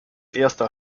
erster